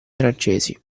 francesi